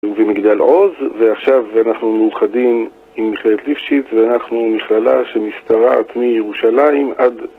ובמגדל עוז, ועכשיו אנחנו מאוחדים עם מכללת ליפשיץ ואנחנו מכללה שמשתרעת מירושלים עד...